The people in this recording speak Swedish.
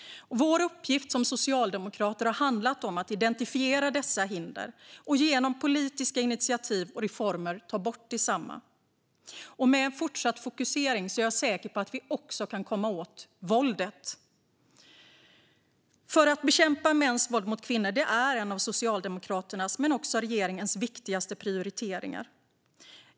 Vår uppgift som socialdemokrater har handlat om att identifiera hinder för detta och genom politiska initiativ och reformer ta bort dem. Med en fortsatt fokusering är jag säker på att vi också kan komma åt våldet. Att bekämpa mäns våld mot kvinnor är en av Socialdemokraternas men också regeringens viktigaste prioriteringar.